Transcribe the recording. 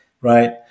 Right